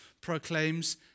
proclaims